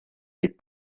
des